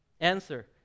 Answer